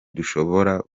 dushobora